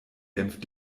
dämpft